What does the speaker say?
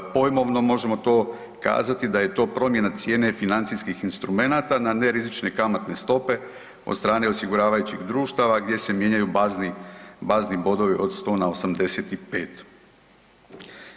Pojmovno možemo to kazati da je to promjena cijene financijskih instrumenata na nerizične kamatne stope od strane osiguravajućih društava gdje se mijenjaju bazni, bazni bodovi od 100 na 85.